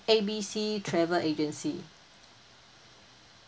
A B C travel agency